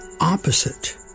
opposite